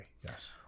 Yes